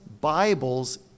Bibles